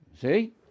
see